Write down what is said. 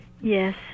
Yes